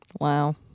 Wow